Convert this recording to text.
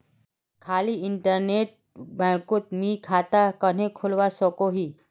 खाली इन्टरनेट बैंकोत मी खाता कन्हे खोलवा सकोही?